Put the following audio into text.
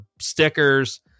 stickers